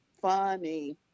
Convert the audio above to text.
funny